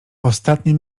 ostatnie